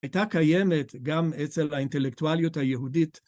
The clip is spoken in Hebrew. הייתה קיימת גם אצל האינטלקטואליות היהודית.